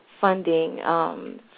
funding